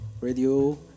radio